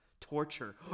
Torture